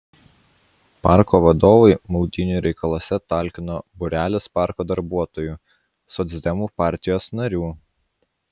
parko vadovui maudynių reikaluose talkino būrelis parko darbuotojų socdemų partijos narių